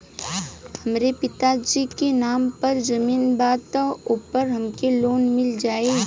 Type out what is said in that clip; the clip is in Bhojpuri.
हमरे पिता जी के नाम पर जमीन बा त ओपर हमके लोन मिल जाई?